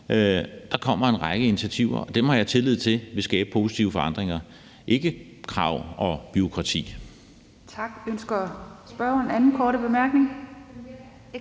Der kommer en række initiativer. Dem har jeg tillid til vil skabe positive forandringer, ikke krav og bureaukrati.